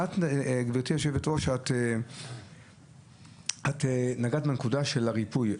גברתי יושבת הראש, נגעת בנקודה של הריפוי.